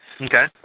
Okay